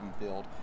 field